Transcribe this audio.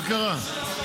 מה קרה?